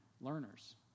learners